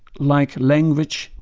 like language,